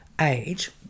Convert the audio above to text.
age